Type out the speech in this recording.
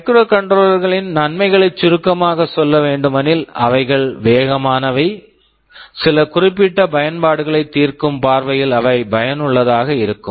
microcontroller microcontroller களின் நன்மைகளைச் சுருக்கமாகச் சொல்ல வேண்டுமெனில் அவைகள் வேகமானவை சில குறிப்பிட்ட பயன்பாடுகளை தீர்க்கும் பார்வையில் அவை பயனுள்ளதாக இருக்கும்